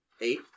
Eight